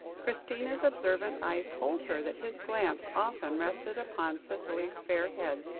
christina's observant eyes told her that his glance often rested upon cicely's fair head,